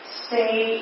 stay